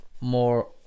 more